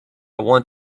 want